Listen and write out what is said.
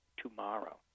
tomorrow